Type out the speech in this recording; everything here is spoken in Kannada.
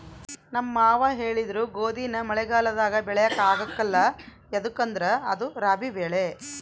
ನಮ್ ಮಾವ ಹೇಳಿದ್ರು ಗೋದಿನ ಮಳೆಗಾಲದಾಗ ಬೆಳ್ಯಾಕ ಆಗ್ಕಲ್ಲ ಯದುಕಂದ್ರ ಅದು ರಾಬಿ ಬೆಳೆ